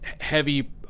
heavy